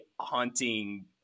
haunting